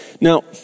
Now